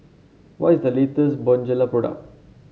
what is the latest Bonjela product